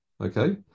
Okay